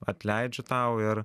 atleidžiu tau ir